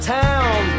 town